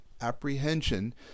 apprehension